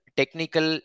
technical